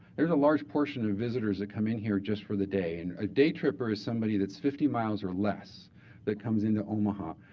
there's a large portion of visitors that come in here just for the day. and a day tripper is somebody that's fifty miles or less that comes into omaha.